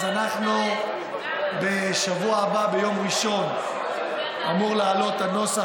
אז בשבוע הבא ביום ראשון אמור לעלות הנוסח